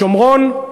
בשומרון,